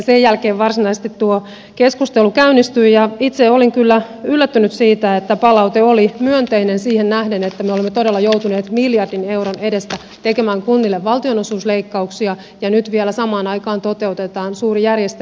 sen jälkeen varsinaisesti tuo keskustelu käynnistyi ja itse olin kyllä yllättynyt siitä että palaute oli myönteinen siihen nähden että me olemme todella joutuneet miljardin euron edestä tekemään kunnille valtionosuusleikkauksia ja nyt vielä samaan aikaan toteutetaan suuri järjestelmämuutos